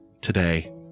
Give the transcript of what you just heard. today